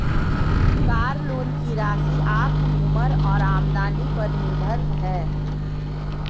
car loan की राशि आपकी उम्र और आमदनी पर निर्भर है